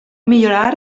millorar